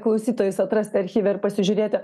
klausytojus atrasti archyve ir pasižiūrėti